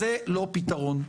זה לא פתרון.